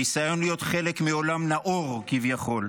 הניסיון להיות חלק מעולם נאור, כביכול,